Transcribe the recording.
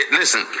listen